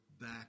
back